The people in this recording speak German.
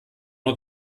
nur